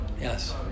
Yes